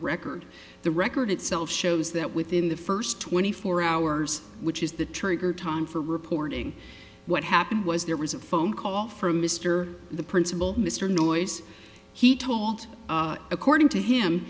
record the record itself shows that within the first twenty four hours which is the trigger time for reporting what happened was there was a phone call from mr the principal mr noyce he told according to him